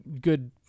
good